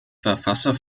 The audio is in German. verfasser